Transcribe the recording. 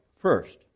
first